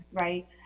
right